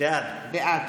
בעד